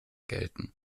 gelten